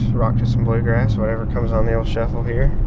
rock to some bluegrass, whatever comes on the old shuffle here